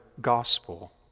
gospel